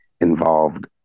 involved